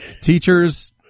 Teachers